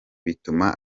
bituma